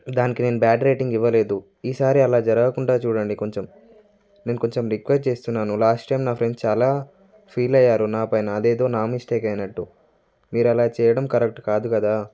దానికి నేను bad rating ఇవ్వలేదు ఈసారి అలా జరగకుండా చూడండి కొంచెం నేను కొంచెం రిక్వస్ట్ చేస్తున్నాను లాస్ట్ టైం నా ఫ్రెండ్స్ చాలా ఫీల్ అయ్యారు నాపైన అదేదొ నా మిస్టేక్ అయినట్టు చేయడం కరెక్ట్ కాదు కదా